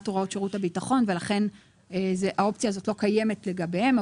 הוראות שירות הביטחון ולכן האופציה הזאת לא קיימת לגביהם,